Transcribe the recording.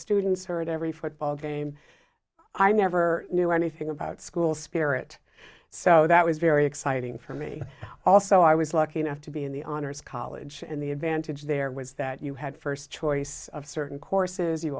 students heard every football game i never knew anything about school spirit so that was very exciting for me also i was lucky enough to be in the honors college and the advantage there was that you had first choice of certain courses you